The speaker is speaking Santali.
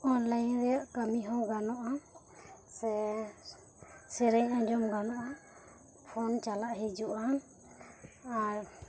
ᱚᱱᱞᱟᱤᱱ ᱨᱮᱭᱟᱜ ᱠᱟᱹᱢᱤ ᱦᱚᱸ ᱜᱟᱱᱚᱜ ᱟ ᱥᱮ ᱥᱮᱨᱮᱧ ᱟᱸᱡᱚᱢ ᱜᱟᱱᱚᱜ ᱟ ᱥᱮ ᱯᱷᱳᱱ ᱪᱟᱞᱟᱣ ᱦᱤᱡᱩᱜᱼᱟ ᱟᱨ